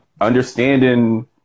understanding